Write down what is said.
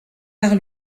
par